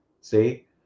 see